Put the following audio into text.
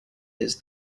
his